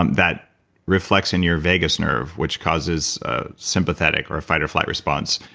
um that reflects in your vagus nerve, which causes ah sympathetic or fight or flight response,